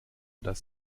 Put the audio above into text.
das